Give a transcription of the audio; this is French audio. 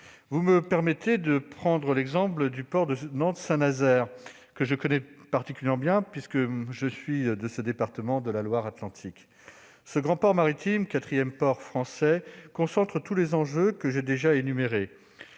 Vous me permettrez de prendre l'exemple du port de Nantes-Saint-Nazaire, que je connais particulièrement bien puisque je suis originaire de Loire-Atlantique. Ce grand port maritime, quatrième port français, concentre tous les enjeux que j'ai déjà énumérés.